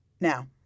Now